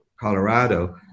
Colorado